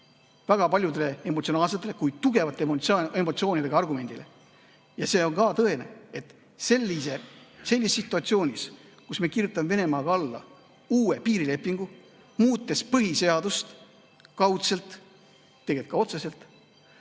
väga paljud tugevate emotsioonidega argumendile, mis on ka tõene: et sellises situatsioonis, kus me kirjutame Venemaaga alla uue piirilepingu, muutes põhiseadust kaudselt, aga tegelikult ka otseselt,